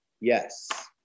yes